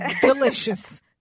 delicious